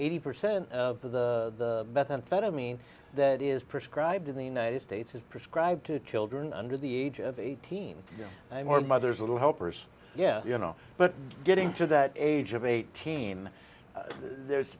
eighty percent of the methamphetamine that is prescribed in the united states is prescribed to children under the age of eighteen or mothers little helpers yeah you know but getting to that age of eighteen there's